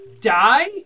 die